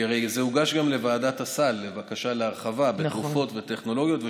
כי הרי זה גם הוגש לוועדת הסל לבקשה להרחבה בתרופות ובטכנולוגיות,